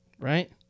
right